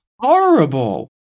horrible